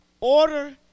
order